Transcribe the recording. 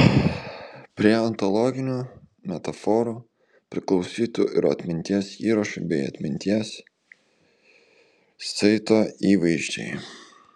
prie ontologinių metaforų priklausytų ir atminties įrašo bei atminties saito įvaizdžiai